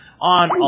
on